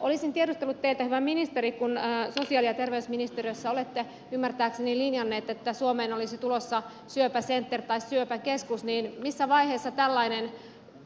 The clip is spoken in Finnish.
olisin tiedustellut teiltä hyvä ministeri kun sosiaali ja terveysministeriössä olette ymmärtääkseni linjanneet että suomeen olisi tulossa syöpäcenter tai syöpäkeskus missä vaiheessa tällainen